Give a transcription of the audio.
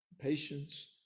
patience